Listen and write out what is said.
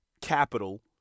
capital